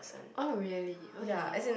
oh really okay